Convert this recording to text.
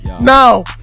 now